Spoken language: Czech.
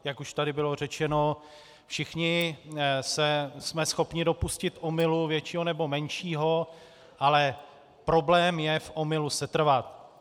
Jak už tady bylo řečeno, všichni jsme schopni se dopustit omylu většího nebo menšího, ale problém je v omylu setrvat.